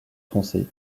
foncé